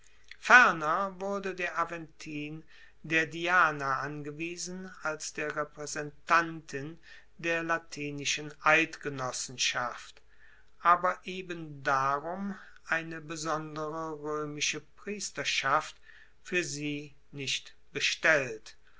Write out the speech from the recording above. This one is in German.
ferner wurde der aventin der diana angewiesen als der repraesentantin der latinischen eidgenossenschaft aber eben darum eine besondere roemische priesterschaft fuer sie nicht bestellt